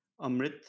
Amrit